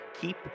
Keep